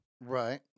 Right